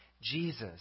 Jesus